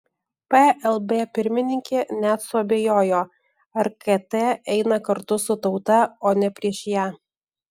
plb pirmininkė net suabejojo ar kt eina kartu su tauta o ne prieš ją